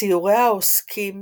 ציוריה העוסקים